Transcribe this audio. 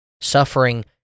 suffering